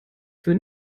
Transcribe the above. für